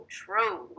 true